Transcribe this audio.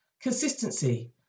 Consistency